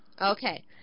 okay